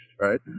right